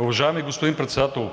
Уважаеми господин Председател,